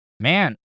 Man